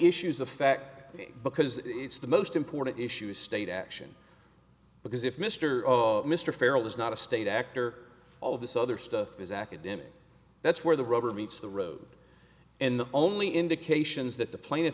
issues affecting because it's the most important issue state action because if mr mr farrell is not a state actor all of this other stuff is academic that's where the rubber meets the road and the only indications that the pla